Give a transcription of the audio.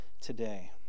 today